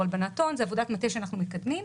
הלבנת הון זה עבודת מטה שאנחנו מקדמים.